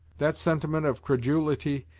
that sentiment of credulity,